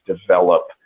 develop